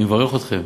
אני מברך אתכם